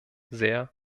sehr